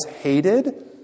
hated